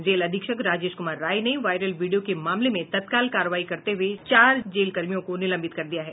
jail अधीक्षक राजेश कुमार राय ने viral video के मामले में तत्काल कार्रवाई करते हुये चार जेल कर्मियों को निलंबित कर दिया है